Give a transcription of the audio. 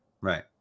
Right